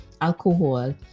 alcohol